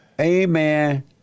Amen